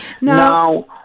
Now